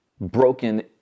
broken